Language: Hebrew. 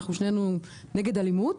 אנחנו שנינו נגד אלימות,